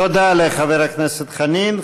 תודה לחבר הכנסת חנין.